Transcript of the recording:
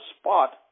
spot